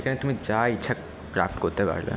সেখানে তুমি যা ইচ্ছা ক্রাফ্ট করতে পারবে